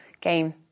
game